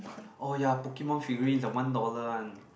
oh ya Pokemon figurines the one dollar one